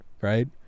Right